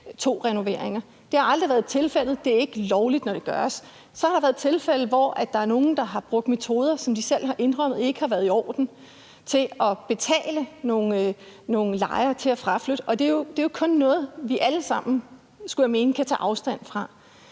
2-renoveringer. Det har aldrig været tilfældet, og det er ikke lovligt, når det gøres. Der har været tilfælde, hvor nogle har brugt metoder, som de selv har indrømmet ikke har været i orden, i forhold til at betale nogle lejere for at fraflytte. Og det er jo kun noget, vi alle sammen, skulle jeg mene, kan tage afstand fra.